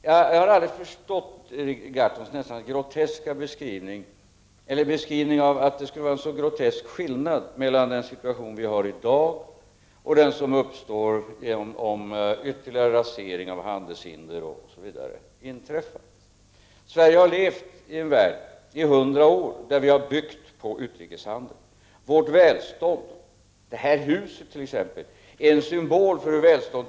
Jag har aldrig förstått Per Gahrtons beskrivning av att det skulle vara en så grotesk skillnad mellan den situation vi har i dag och den som uppstår om en ytterligare rasering av handelshinder osv. inträffar. Sverige har i hundra år levt i en värld som vi har använt för vår utrikeshandel. Vårt välstånd har byggts upp via utrikeshandeln — detta hus t.ex. är en symbol för detta.